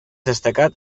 destacat